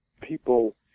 people